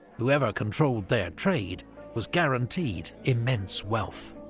whoever controlled their trade was guaranteed immense wealth.